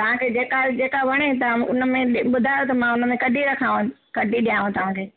तांखे जेका जेका वणे त उनमें ॿुधायो त मां उनमां कॾी रखांव कॾी ॾियांव तांखे